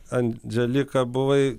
andželika buvai